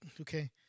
okay